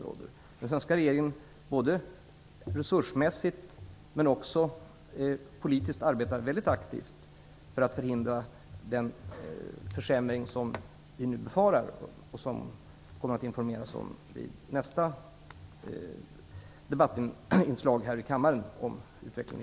Regeringen arbetar både resursmässigt och politiskt väldigt aktivt för att förhindra den försämring som vi nu befarar när det gäller utvecklingen i Bosnien, som det alltså kommer att informeras om i nästa debattinslag här i kammaren.